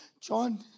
John